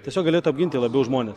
tiesiog galėtų apginti labiau žmones